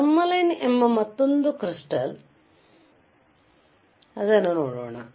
tourmaline ಎಂಬ ಮತ್ತೊಂದು crystal ನ್ನು ನೋಡೋಣ